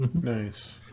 Nice